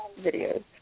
videos